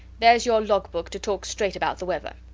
theres your log-book to talk straight about the weather.